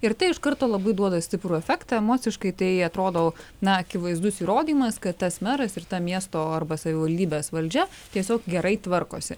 ir tai iš karto labai duoda stiprų efektą emociškai tai atrodo na akivaizdus įrodymas kad tas meras ir ta miesto arba savivaldybės valdžia tiesiog gerai tvarkosi